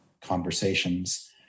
conversations